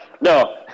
no